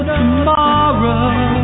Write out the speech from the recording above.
tomorrow